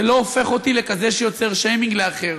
זה לא הופך אותי לכזה שיוצר שיימינג לאחר.